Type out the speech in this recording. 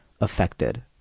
affected